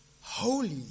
Holy